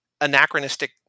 anachronistic